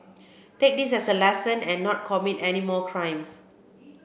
take this as a lesson and not commit any more crimes